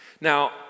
Now